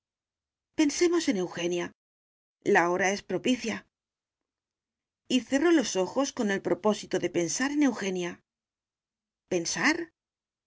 pensemos en eugenia la hora es propicia y cerró los ojos con el propósito de pensar en eugenia pensar